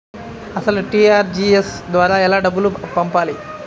అసలు అర్.టీ.జీ.ఎస్ ద్వారా ఎలా డబ్బులు పంపాలి?